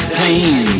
pain